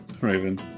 Raven